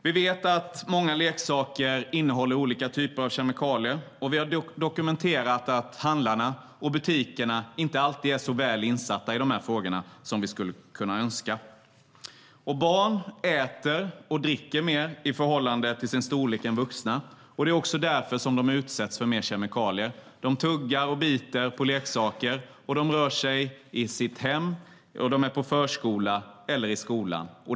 Vi vet att många leksaker innehåller olika typer av kemikalier, och vi har dokumenterat att handlarna och butikerna inte alltid är så väl insatta i de frågorna som vi skulle kunna önska. Barn äter och dricker mer i förhållande till sin storlek än vuxna. Det är också därför som de utsätts för mer kemikalier. De tuggar och biter på leksaker. De rör sig i sitt hem, och de är på förskola eller i skolan.